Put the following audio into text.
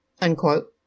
unquote